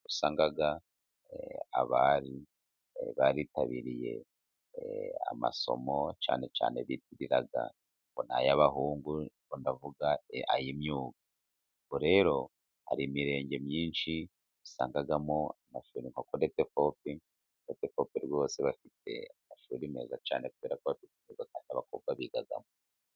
Wasangaga abari, baritabiriye amasomo cyane cyane bibwira ngo ni " ay'abahungu", ubwo ndavuga ay'imyuga. Rero hari Imirenge myinshi, usangamo amashuri nka peretefope. Peretefope rwose bafite amashuri meza cyane, kubera ko bafite abakobwa bigamo.